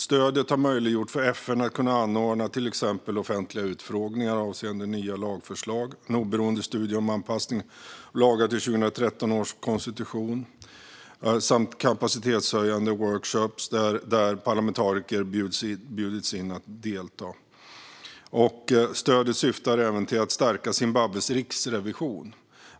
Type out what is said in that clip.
Stödet har möjliggjort för FN att anordna till exempel offentliga utfrågningar avseende nya lagförslag, en oberoende studie om anpassning av lagar till 2013 års konstitution samt kapacitetshöjande workshoppar där parlamentariker bjudits in att delta. Stödet syftar även till att stärka Zimbabwes riksrevision.